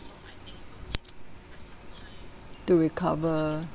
to recover